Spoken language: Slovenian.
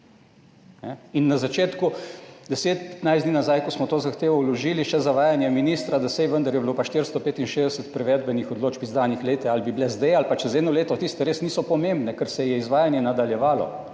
In na začetku, 10, 15 dni nazaj, ko smo to zahtevo vložili, še zavajanje ministra, da saj vendar je bilo pa 465 privedbenih odločb izdanih, glejte, ali bi bile zdaj ali pa čez eno leto, tiste res niso pomembne, ker se je izvajanje nadaljevalo.